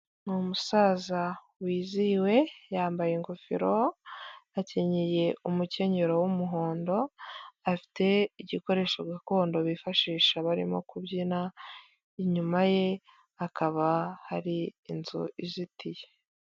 Ni umusaza wizihiwe; yambaye ingofero, akenyeye umucyenyero w'umuhondo, afite igikoresho gakondo bifashisha barimo kubyina, inyuma ye hakaba hari inzu izitiye.